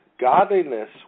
godliness